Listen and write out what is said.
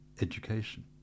education